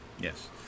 Yes